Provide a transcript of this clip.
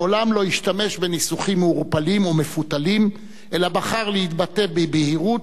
מעולם לא השתמש בניסוחים מעורפלים או מפותלים אלא בחר להתבטא בבהירות,